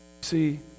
See